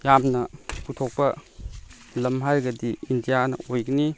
ꯌꯥꯝꯅ ꯄꯨꯊꯣꯛꯄ ꯂꯝ ꯍꯥꯏꯔꯒꯗꯤ ꯏꯟꯗꯤꯌꯥꯅ ꯑꯣꯏꯒꯅꯤ